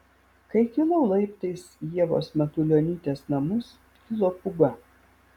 kai kilau laiptais į ievos matulionytės namus kilo pūga